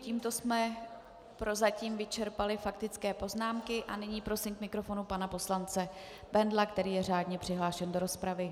Tímto jsme prozatím vyčerpali faktické poznámky a nyní prosím pana poslance Bendla, který je řádně přihlášen do rozpravy.